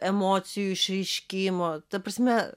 emocijų išreiškimo ta prasme